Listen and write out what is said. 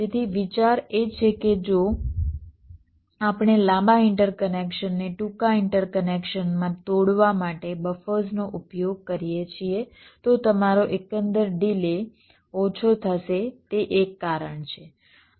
તેથી વિચાર એ છે કે જો આપણે લાંબા ઇન્ટરકનેક્શનને ટૂંકા ઇન્ટરકનેક્શનમાં તોડવા માટે બફર્સનો ઉપયોગ કરીએ છીએ તો તમારો એકંદર ડિલે ઓછો થશે તે એક કારણ છે